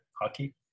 hockey